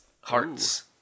hearts